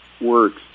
works